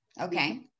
Okay